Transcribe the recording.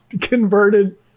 converted